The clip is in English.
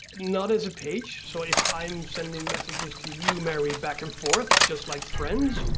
not as a page, so if i'm sending messages to you mary, back and forth just like friends,